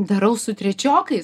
darau su trečiokais